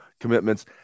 commitments